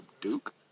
Duke